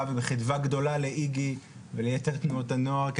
ובחדווה גדולה לאיג"י וליתר תנועות הנוער כי